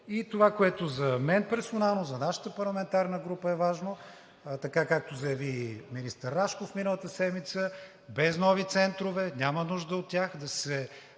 Това, което за мен персонално, за нашата парламентарна група е важно, така както заяви и министър Рашков миналата седмица – без нови центрове, няма нужда от тях, да се